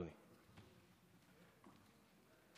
אדוני,